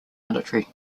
military